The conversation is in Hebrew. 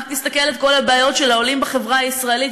רק תסתכל על כל הבעיות של העולים בחברה הישראלית